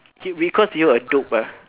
you you cause you a dope lah